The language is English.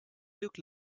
look